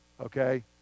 okay